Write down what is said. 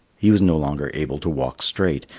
he was no longer able to walk straight,